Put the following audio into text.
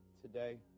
today